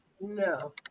No